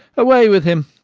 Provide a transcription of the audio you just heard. away with him.